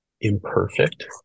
imperfect